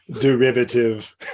Derivative